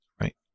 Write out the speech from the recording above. Right